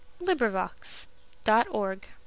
LibriVox.org